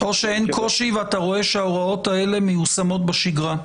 או שאין קושי ואתה רואה שההוראות האלה מיושמות בשגרה?